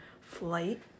flight